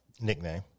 nickname